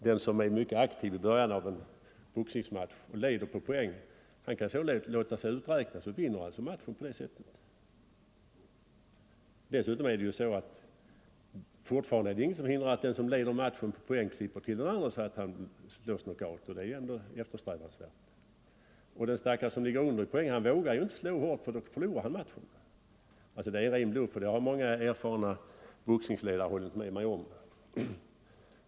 Den som är mycket aktiv i början av en boxningsmatch och leder på poäng kan sedan låta sig uträknas med vinner ändå matchen. Och fortfarande är det ingenting som hindrar att den som leder matchen på poäng klipper till den andre så att han slås knockout. Den stackare som ligger under i poäng vågar dessutom inte slå så hårt, för slår han ut sin motståndare så förlorar han ju matchen! Bestämmelsen är en ren bluff, och det har många erfarna boxningsledare hållit med mig om.